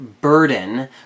burden